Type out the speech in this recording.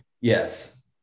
Yes